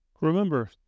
Remember